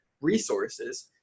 resources